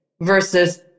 versus